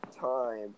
time